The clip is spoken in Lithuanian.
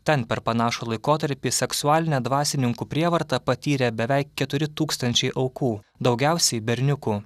ten per panašų laikotarpį seksualinę dvasininkų prievartą patyrė beveik keturi tūkstančiai aukų daugiausiai berniukų